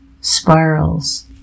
spirals